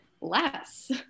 less